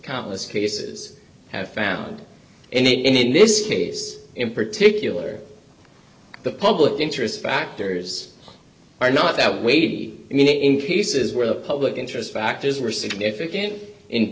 countless cases have found and in this case in particular the public interest factors are not that weighed i mean in cases where the public interest factors were significant in